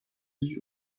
عزیز